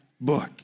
book